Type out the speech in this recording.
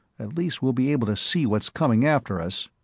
at least we'll be able to see what's coming after us!